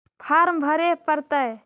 Farm भरे परतय?